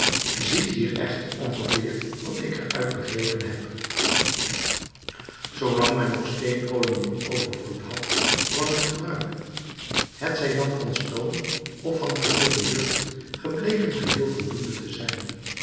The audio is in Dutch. ziet hier echter ongeveer wat ik er uit begrepen heb zoolang men nog steenkolen in overvloed had was het gebruik hetzij dan van stoom of van verhitte lucht gebleken geheel voldoende te zijn